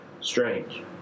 Strange